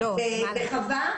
בחווה,